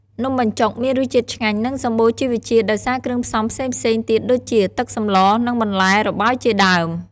នំបញ្ចុកមានរសជាតិឆ្ងាញ់និងសម្បូរជីវជាតិដោយសារគ្រឿងផ្សំផ្សេងៗទៀតដូចជា ទឹកសម្ល និងបន្លែរបោយជាដើម។